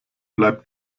bleibt